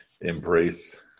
embrace